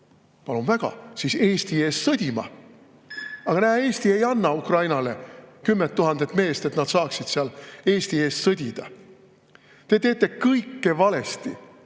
palun väga, Eesti eest sõdima. Aga näe, Eesti ei anna Ukrainale kümmet tuhandet meest, et nad saaksid seal Eesti eest sõdida! Te teete kõike valesti